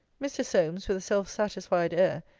mr. solmes, with a self-satisfied air,